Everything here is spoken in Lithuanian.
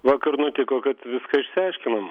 vakar nutiko kad viską išsiaiškinom